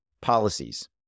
policies